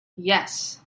yes